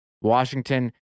Washington